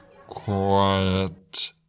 quiet